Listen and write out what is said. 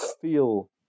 feel